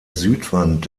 südwand